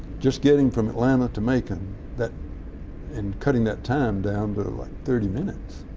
just getting from atlanta to macon that and cutting that time down to like thirty minutes,